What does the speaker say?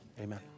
Amen